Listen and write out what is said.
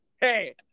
Hey